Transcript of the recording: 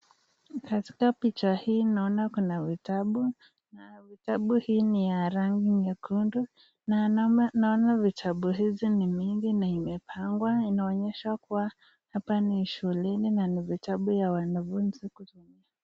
Katika picha hii naona kuna vitabu na kitabu hii ni ya rangi nyekundu na naona vitabu hizi ni mingi na imepangwa na inaonyesha kuwa hapa ni shuleni na ni vitabu ya wanafunzi kusoma.